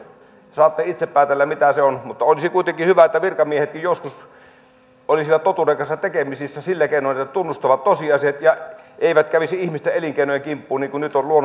saatte itse päätellä mitä se on mutta olisi kuitenkin hyvä että virkamiehetkin joskus olisivat totuuden kanssa tekemisissä sillä keinoin että tunnustaisivat tosiasiat ja eivät kävisi ihmisten elinkeinojen kimppuun niin kuin nyt on luonnonsuojeluasioilla käyty